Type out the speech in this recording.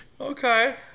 Okay